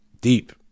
deep